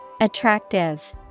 Attractive